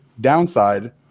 downside